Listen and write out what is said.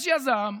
יש יזם,